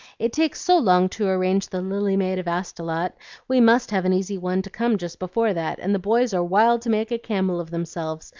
it takes so long to arrange the lily maid of astolat we must have an easy one to come just before that, and the boys are wild to make a camel of themselves,